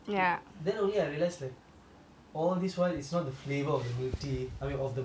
then only I realise like all of this one is not the flavour of the milk tea I mean of the bubble tea but it's the sugar they add